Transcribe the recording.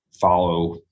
follow